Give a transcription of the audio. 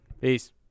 Peace